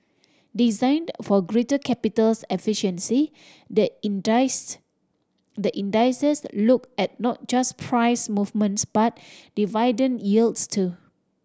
designed for greater capitals efficiency the indice the indices look at not just price movements but dividend yields too